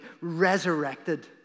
resurrected